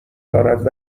دارد